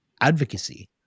advocacy